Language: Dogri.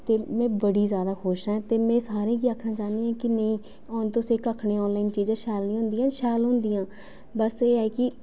ते में बडी ज्यादा खुश ऐ ते में सारे गी आखना चाह्न्नी के नेई हूंन तुस आखने आनॅलाइन चीजां शैल नेई होदिंया नेई शैल होदियां बस ऐ है कि